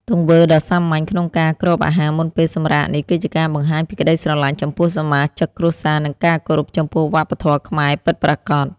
ទង្វើដ៏សាមញ្ញក្នុងការគ្របអាហារមុនពេលសម្រាកនេះ គឺជាការបង្ហាញពីក្តីស្រឡាញ់ចំពោះសមាជិកគ្រួសារ និងការគោរពចំពោះវប្បធម៌ខ្មែរពិតប្រាកដ។